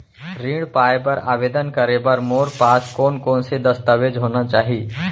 ऋण पाय बर आवेदन करे बर मोर पास कोन कोन से दस्तावेज होना चाही?